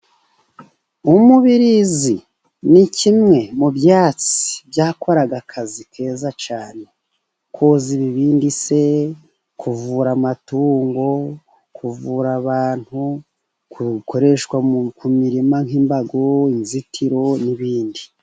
Umubirizi ni kimwe mu byatsi byakoraga akazi keza cyane. Koza ibibindi se, kuvura amatungo, kuvura abantu, gukoreshwa ku mirima nk'imbago, inzitiro n'ibindi.